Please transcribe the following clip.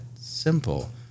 simple